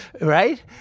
Right